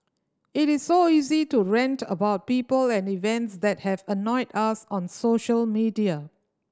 it is so easy to rant about people and events that have annoyed us on social media